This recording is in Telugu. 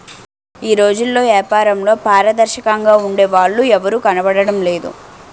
ఈ రోజుల్లో ఏపారంలో పారదర్శకంగా ఉండే వాళ్ళు ఎవరూ కనబడడం లేదురా